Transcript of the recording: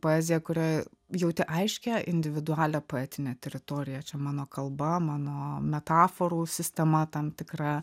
poeziją kurioj jauti aiškią individualią poetinę teritoriją čia mano kalba mano metaforų sistema tam tikra